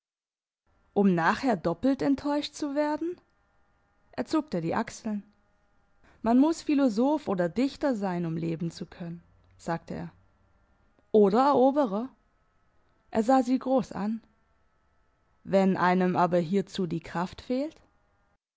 um nachher doppelt enttäuscht zu werden er zuckte die achseln man muss philosoph oder dichter sein um leben zu können sagte er oder eroberer er sah sie gross an wenn einem aber hierzu die kraft fehlt